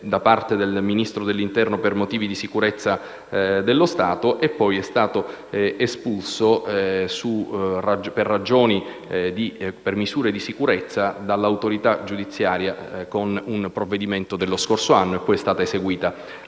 da parte del Ministro dell'interno per motivi di sicurezza dello Stato e, poi, è stato espulso per misure di sicurezza dall'autorità giudiziaria con un provvedimento dello scorso anno. A seguire, è stata eseguita